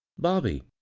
bobby,